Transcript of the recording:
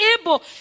able